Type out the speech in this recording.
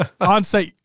Onset